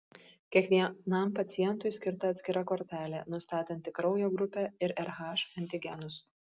kiekvienam pacientui skirta atskira kortelė nustatanti kraujo grupę ir rh antigenus